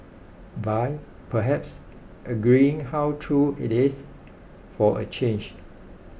by perhaps agreeing how true it is for a change